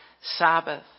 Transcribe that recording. Sabbath